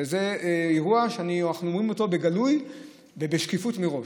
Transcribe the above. זה אירוע שאנחנו אומרים אותו בגלוי ובשקיפות מראש.